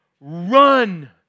run